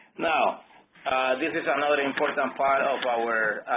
now this is another important um part of our